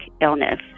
illness